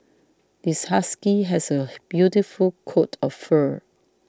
this husky has a beautiful coat of fur